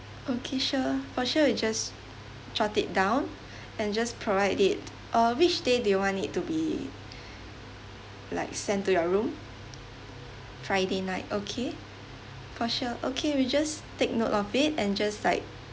okay sure for sure we just jot it down and just provide it uh which day do you want it to be like send to your room friday night okay for sure okay we'll just take note of it and just like